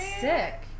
sick